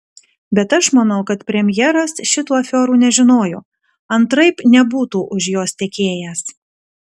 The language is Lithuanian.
bet aš manau kad premjeras šitų afiorų nežinojo antraip nebūtų už jos tekėjęs